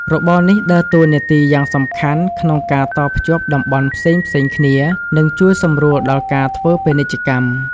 របរនេះដើរតួនាទីយ៉ាងសំខាន់ក្នុងការតភ្ជាប់តំបន់ផ្សេងៗគ្នា និងជួយសម្រួលដល់ការធ្វើពាណិជ្ជកម្ម។